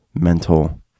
mental